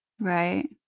Right